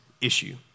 issue